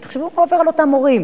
אבל תחשבו מה עובר על אותם הורים.